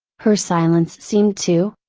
her silence seemed to,